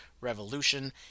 revolution